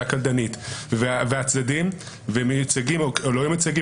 של הקלדנית והצדדים אשר מיוצגים או לא מיוצגים,